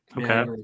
Okay